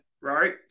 Right